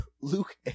Luke